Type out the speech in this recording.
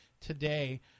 today